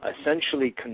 essentially